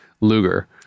Luger